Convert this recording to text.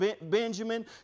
Benjamin